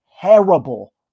terrible